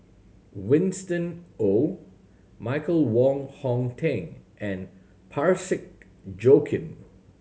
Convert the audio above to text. Winston Oh Michael Wong Hong Teng and Parsick Joaquim